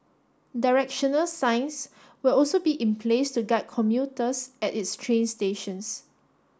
directional signs will also be in place to guide commuters at its train stations